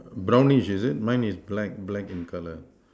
brownish is it mine is black black in color